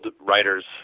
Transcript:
writers